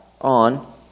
on